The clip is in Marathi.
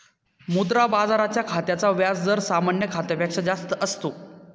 मुद्रा बाजाराच्या खात्याचा व्याज दर सामान्य खात्यापेक्षा जास्त असतो